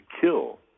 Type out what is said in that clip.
kill